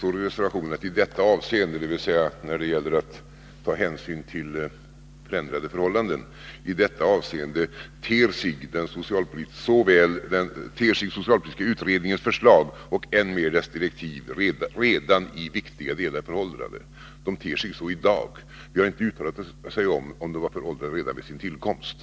I reservationen framhålls följande om behovet av att ta hänsyn till förändrade förhållanden: ”I detta avseende ter sig socialpolitiska utredningens förslag — och än mer dess direktiv — redan i viktiga delar föråldrade.” — De ter sig så i dag. Vi har inte uttalat oss om huruvida de var föråldrade redan vid sin tillkomst.